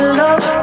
love